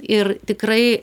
ir tikrai